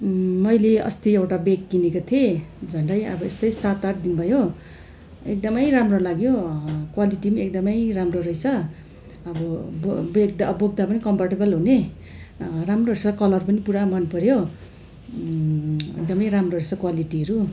मैले अस्ति एउटा ब्याग किनेको थिएँ झन्डै अब यस्तै सात आठ दिन भयो एकदमै राम्रो लाग्यो क्वालिटी पनि एकदमै राम्रो रहेछ अब ब्याग बोक्दा पनि कम्फर्टेबल हुने राम्रो रहेछ कलर पनि पुरा मनपऱ्यो एकदमै राम्रो रहेछ क्वालिटीहरू